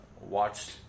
watched